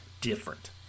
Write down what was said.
different